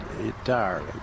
entirely